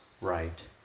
right